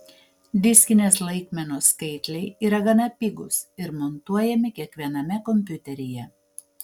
diskinės laikmenos skaitliai yra gana pigūs ir montuojami kiekviename kompiuteryje